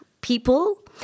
people